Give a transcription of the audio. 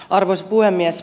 arvoisa puhemies